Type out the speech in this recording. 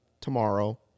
tomorrow